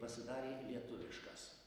pasidarė lietuviškas